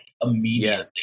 immediately